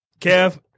Kev